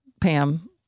Pam